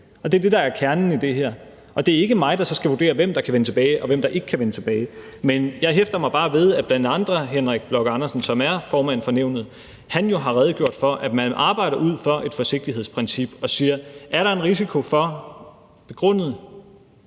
og det er det, der er kernen i det her. Det er ikke mig, der så skal vurdere, hvem der kan vende tilbage, og hvem der ikke kan vende tilbage. Men jeg hæfter mig bare ved, at bl.a. Henrik Bloch Andersen, som er formand for Flygtningenævnet, jo har redegjort for, at man arbejder ud fra et forsigtighedsprincip og siger: Er der en risiko – en begrundet,